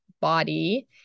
Body